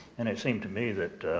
and it seemed to me that